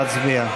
נא להצביע.